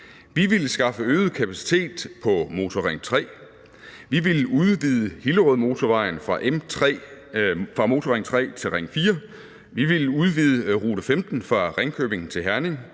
Vi ville skaffe øget kapacitet på Motorring 3. Vi ville udvide Hillerødmotorvejen fra Motorring 3 til Ring 4. Vi ville udvide rute 15 fra Ringkøbing til Herning.